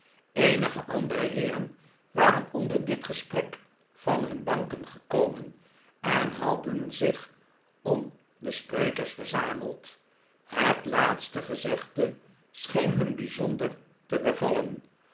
eenige andere heeren waren onder dit gesprek van nun banken gekomen en hadden zich om de sprekers verzameld het laatste gezegde scheen hun bijzonder te bevallen